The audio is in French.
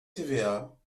tva